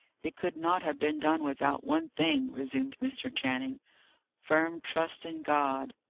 it could not have been done without one thing, resumed mr. channing firm trust in god.